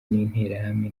n’interahamwe